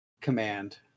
Command